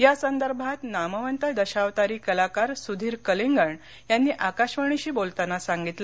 या संदर्भात नामवंत दशावतारी कलाकार सुधीर कलिंगण यांनी आकाशवाणीशी बोलताना सांगितलं